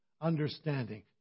understanding